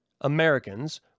Americans